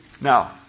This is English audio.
Now